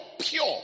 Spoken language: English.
pure